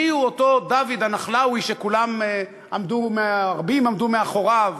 מיהו אותו דוד הנחלאווי שרבים עמדו מאחוריו